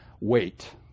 wait